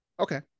okay